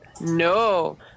no